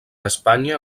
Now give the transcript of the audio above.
espanya